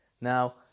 Now